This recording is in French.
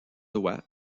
doigts